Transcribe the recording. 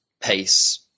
pace